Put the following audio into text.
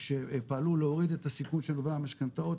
שפעלו להוריד את הסיכון של לווי המשכנתאות,